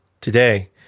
today